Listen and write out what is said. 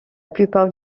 plupart